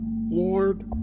Lord